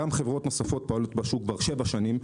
גם חברות נוספות פועלות בשוק כבר שבע שנים.